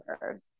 Earth